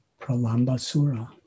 Pralambasura